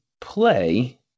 play